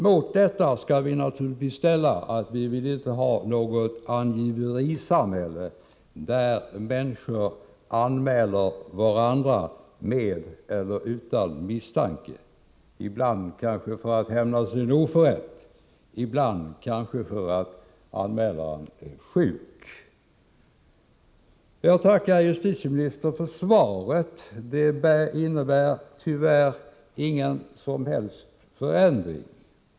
Mot detta skall vi naturligtvis ställa att vi inte vill ha något angiverisamhälle där människor anmäler varandra med eller utan misstanke, ibland kanske för att hämnas en oförrätt, ibland för att anmälaren är sjuk. Jag tackar justitieministern för svaret. Det innebär tyvärr att ingen som helst förändring är att vänta.